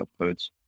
uploads